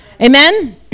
Amen